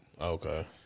Okay